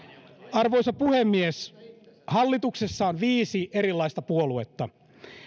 arvoisa puhemies hallituksessa on viisi erilaista puoluetta